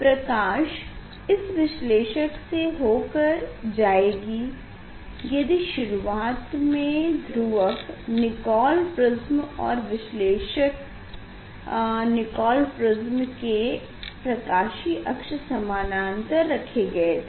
प्रकाश इस विश्लेषक से हो कर जाएगी यदि शुरुवात में ध्रुवक निकोल प्रिस्म और विश्लेषक निकोल प्रिस्म के प्रकाशीय अक्ष समानांतर रखे गए थे